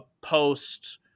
post